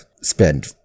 spend